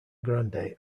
grande